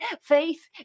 Faith